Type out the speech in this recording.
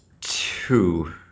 Two